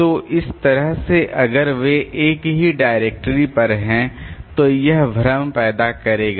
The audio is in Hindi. तो इस तरह से अगर वे एक ही डायरेक्टरी पर हैं तो यह भ्रम पैदा करेगा